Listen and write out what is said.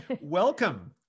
welcome